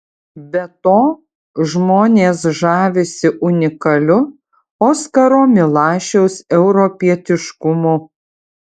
be to žmonės žavisi unikaliu oskaro milašiaus europietiškumu